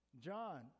John